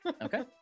Okay